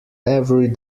every